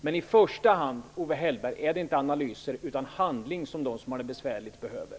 Men i första hand, Owe Hellberg, är det inte analyser utan handling som de som har det besvärligt behöver.